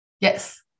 Yes